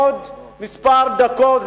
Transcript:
עוד כמה דקות,